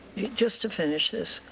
you just to finish this,